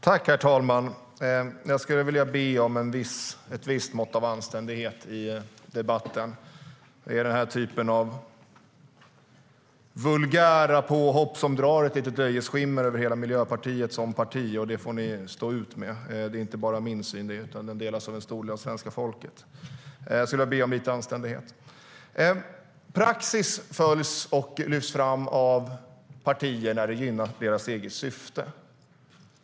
Herr talman! Jag skulle vilja be om ett visst mått av anständighet i debatten. Det är den typen av vulgära påhopp som drar ett litet löjets skimmer över Miljöpartiet som parti. Det får de stå ut med. Det är inte bara min syn, utan den synen delas av en stor del av svenska folket. Praxis följs och lyfts fram av partier när det gynnar deras eget syfte.